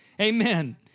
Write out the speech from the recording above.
Amen